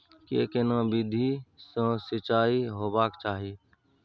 के केना विधी सॅ सिंचाई होबाक चाही?